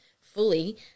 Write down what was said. fully